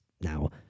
now